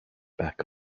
back